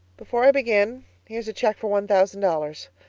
before i begin here's a cheque for one thousand dollars.